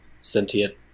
sentient